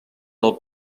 del